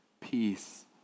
peace